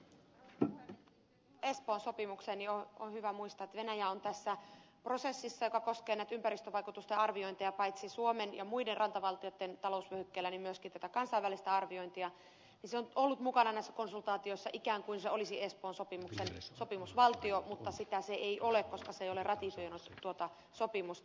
liittyen tuohon espoon sopimukseen on hyvä muistaa että venäjä on tässä prosessissa joka koskee paitsi näitä ympäristövaikutusten arviointeja suomen ja muiden rantavaltioitten talousvyöhykkeellä myöskin tätä kansainvälistä arviointia ollut mukana näissä konsultaatioissa ikään kuin se olisi espoon sopimuksen sopimusvaltio mutta sitä se ei ole koska se ei ole ratifioinut tuota sopimusta